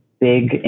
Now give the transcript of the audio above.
big